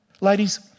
Ladies